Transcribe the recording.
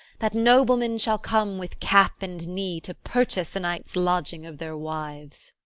that noblemen shall come with cap and knee to purchase a night's lodging of their wives.